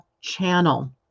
channel